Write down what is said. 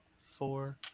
Four